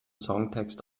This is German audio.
songtext